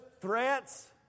threats